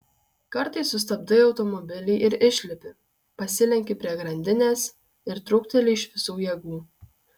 kartais sustabdai automobilį ir išlipi pasilenki prie grandinės ir trūkteli iš visų jėgų